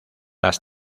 las